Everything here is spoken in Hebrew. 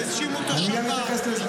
והאשימו את השב"כ,